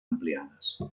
ampliades